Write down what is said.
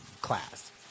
class